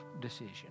decision